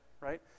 right